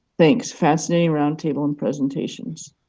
thanks, fascinating round table and presentations.